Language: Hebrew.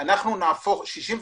אנחנו נהפוך 68%,